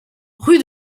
rue